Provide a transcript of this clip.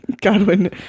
Godwin